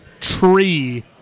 tree